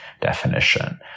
definition